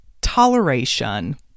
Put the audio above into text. toleration